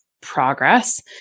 progress